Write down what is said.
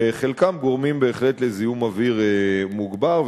וחלקם גורמים בהחלט לזיהום אוויר מוגבר,